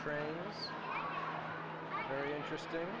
trainer very interesting